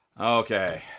Okay